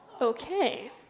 okay